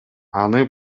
аны